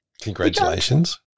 Congratulations